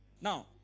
now